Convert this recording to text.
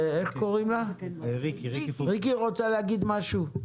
ריקי פוקסמן, את רוצה להגיד משהו?